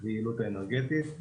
ליעילות אנרגטית.